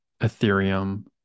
Ethereum